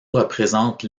représente